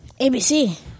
ABC